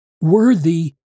worthy